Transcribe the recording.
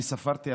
אני ספרתי,